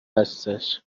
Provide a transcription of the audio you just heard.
هستش